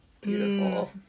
Beautiful